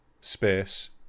space